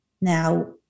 Now